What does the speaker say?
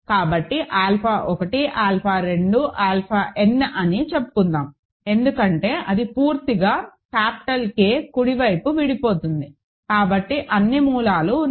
కాబట్టి alpha 1 alpha 2 alpha n అని చెప్పుకుందాం ఎందుకంటే అది పూర్తిగా క్యాపిటల్ K కుడివైపు విడిపోతుంది కాబట్టి అన్ని మూలాలు ఉన్నాయి